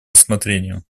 рассмотрению